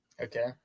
Okay